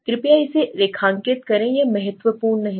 कृपया इसे रेखांकित करें यह महत्वपूर्ण है